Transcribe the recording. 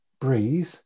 breathe